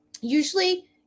Usually